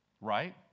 right